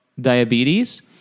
diabetes